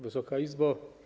Wysoka Izbo!